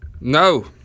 No